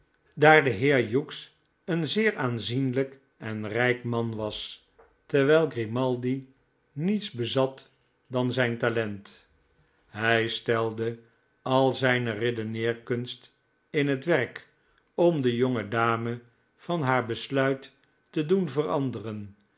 daar de heer hugjozef geimaldi hes een zeer aanzienlijk en rijk man was terwijl grimaldi niets bezat dan zijn talent hij stelde al zijne redeneerkunst in net werk om de jonge dame van besluit to doen veranderen